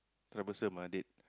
troublesome ah date